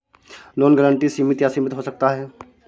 loan guarantee सीमित या असीमित हो सकता है